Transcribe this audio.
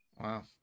Wow